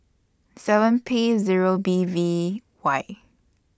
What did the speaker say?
seven P Zero B V Y